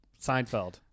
Seinfeld